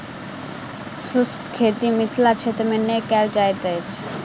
शुष्क खेती मिथिला क्षेत्र मे नै कयल जाइत अछि